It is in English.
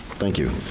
thank you.